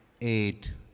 eight